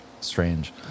strange